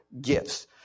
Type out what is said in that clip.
gifts